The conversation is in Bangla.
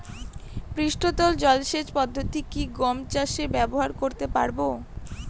পৃষ্ঠতল জলসেচ পদ্ধতি কি গম চাষে ব্যবহার করতে পারব?